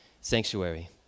sanctuary